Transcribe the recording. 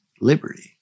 liberty